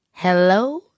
Hello